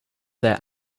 their